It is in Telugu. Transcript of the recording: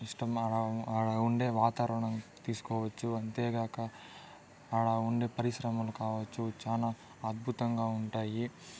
ఇష్టమైన అక్కడ ఉండే వాతావరణం తీసుకోవచ్చు అంతేకాక అక్కడ ఉండే పరిశ్రమలు కావచ్చు చాలా అద్భుతంగా ఉంటాయి